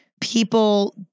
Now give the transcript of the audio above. people